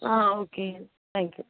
ah okay thank you